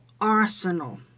arsenal